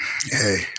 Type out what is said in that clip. Hey